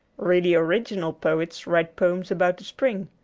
really original poets write poems about the spring.